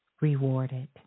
rewarded